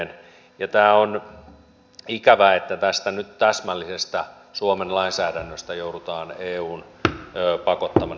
ja tämä on ikävää että tästä nyt täsmällisestä suomen lainsäädännöstä joudutaan eun pakottamana luopumaan